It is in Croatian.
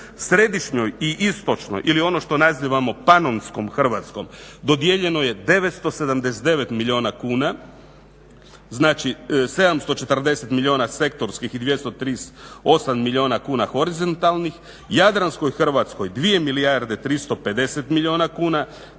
središnjoj i istočnoj ili ono što nazivamo panonskom Hrvatskom dodijeljeno je 979 milijuna kuna. Znači, 740 milijuna sektorskih i 238 milijuna kuna horizontalnih. Jadranskoj Hrvatskoj 2 milijarde 350 milijuna kuna,